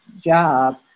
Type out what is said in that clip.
job